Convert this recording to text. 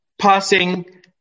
Passing